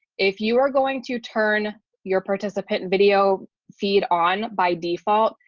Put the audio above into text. if you are going to turn your participant video feed on by default,